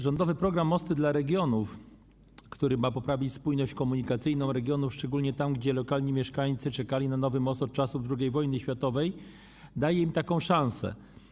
Rządowy program ˝Mosty dla regionów˝, który ma poprawić spójność komunikacyjną regionów, szczególnie tam, gdzie lokalni mieszkańcy czekali na nowy most od czasów II wojny światowej, daje im taką szansę.